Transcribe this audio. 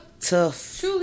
tough